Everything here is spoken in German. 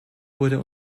wurde